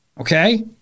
Okay